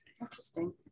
interesting